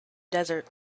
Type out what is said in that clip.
desert